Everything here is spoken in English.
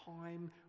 time